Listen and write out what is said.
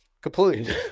Completely